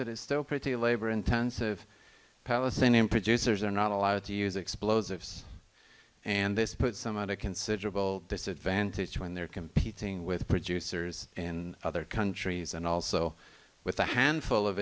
mechanized it is still pretty labor intensive palestinian producers are not allowed to use explosives and this puts some of the considerable disadvantage when they're competing with producers in other countries and also with a handful of